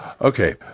Okay